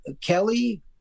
Kelly